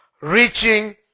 reaching